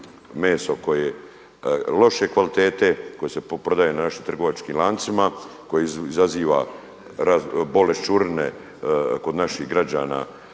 meso koje je loše kvalitete koje se prodaje u našim trgovačkim lancima, koji izaziva boleščurine kod naših građana